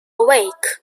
awake